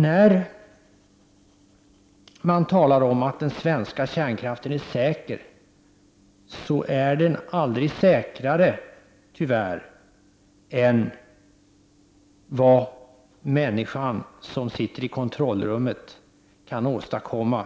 När man talar om att den svenska kärnkraften är säker är den tyvärr aldrig säkrare än vad människan som sitter i kontrollrummet kan åstadkomma